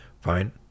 fine